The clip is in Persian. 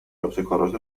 ابتکارات